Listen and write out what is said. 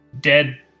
dead